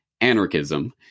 anarchism